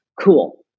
Cool